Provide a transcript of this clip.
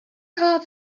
hard